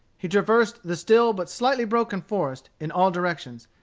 he traversed the still but slightly broken forest in all directions,